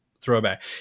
throwback